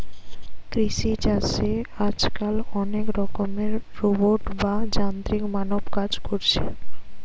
কৃষি চাষে আজকাল অনেক রকমের রোবট বা যান্ত্রিক মানব কাজ কোরছে